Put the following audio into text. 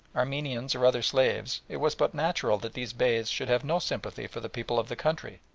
armenians, or other slaves, it was but natural that these beys should have no sympathy for the people of the country,